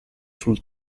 sul